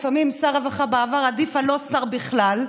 לפעמים שר רווחה בעבר עדיף על לא שר בכלל.